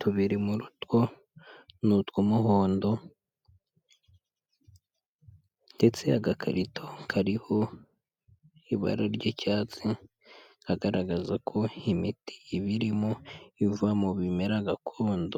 tubiri muri two ni utw'umuhondo, ndetse agakarito kariho ibara ry'icyatsi kagaragaza ko imiti iba irimo iva mu bimera gakondo.